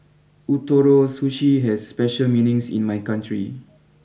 Ootoro Sushi has special meanings in my country